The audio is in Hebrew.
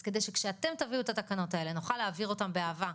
אז כדי שכשאתם תביאו את התקנות האלה נוכל להעביר אותן באהבה,